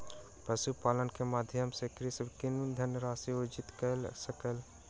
पशुपालन के माध्यम सॅ कृषक किछ धनराशि अर्जित कय सकल